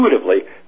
intuitively